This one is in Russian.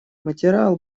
материал